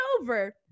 over